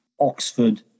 Oxford